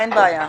אין בעיה,